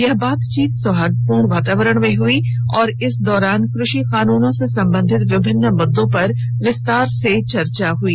यह बातचीत सौहार्द्रपूर्ण वातावरण में हुई और इस दौरान कृषि कानूनों से संबंधित विभिन्न मुद्दों पर विस्तार से चर्चा हुई